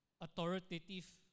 authoritative